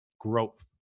growth